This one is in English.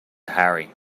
harry